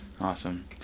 Awesome